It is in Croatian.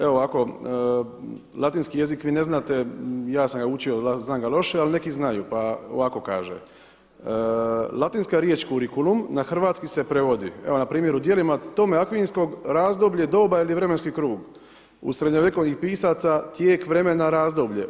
Evo ovako, latinski jezik vi ne znate, ja sam ga učio, znam ga loše ali neki znaju, pa ovako kaže, latinska riječ kurikulum na hrvatski se prevodi, evo npr. u djelima Tome Akvinskog razdoblje doba ili vremenski krug, u srednjovjekovnih pisaca tijek vremena razdoblje.